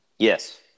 Yes